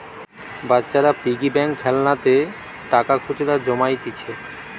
বাচ্চারা piggy bank খেলনাতে টাকা খুচরা জমাইতিছে